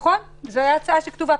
לא,